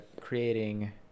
creating